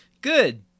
good